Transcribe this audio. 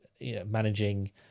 managing